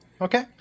okay